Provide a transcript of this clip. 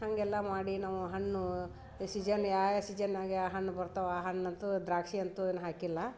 ಹಾಗೆಲ್ಲ ಮಾಡಿ ನಾವು ಹಣ್ಣು ಶಿಜನ್ ಯಾವ್ಯಾವ ಸಿಜನ್ನ್ಯಾಗ ಹಣ್ಣು ಬರ್ತಾವೆ ಹಣ್ ಅಂತೂ ದ್ರಾಕ್ಷಿ ಅಂತೂ ಏನೂ ಹಾಕಿಲ್ಲ